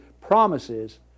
promises